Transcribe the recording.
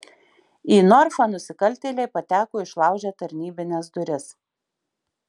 į norfą nusikaltėliai pateko išlaužę tarnybines duris